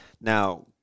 Now